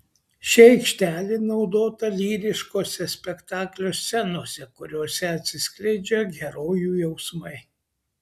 ši aikštelė naudota lyriškose spektaklio scenose kuriose atsiskleidžia herojų jausmai